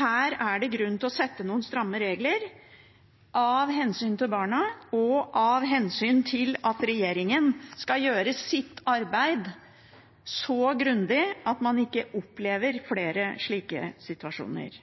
Her er det grunn til å sette noen stramme regler av hensyn til barna og av hensyn til at regjeringen skal gjøre sitt arbeid så grundig at man ikke opplever flere slike situasjoner.